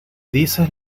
dices